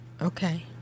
Okay